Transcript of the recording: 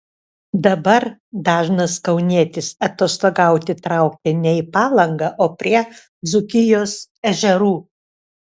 dabar dažnas kaunietis atostogauti traukia ne į palangą o prie dzūkijos ežerų